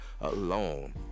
alone